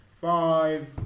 five